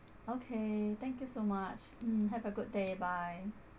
okay thank you so much mm have a good day bye